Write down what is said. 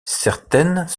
certaines